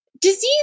Disease